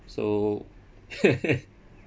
so